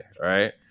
right